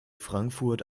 frankfurt